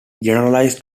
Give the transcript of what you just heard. generalized